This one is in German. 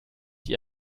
die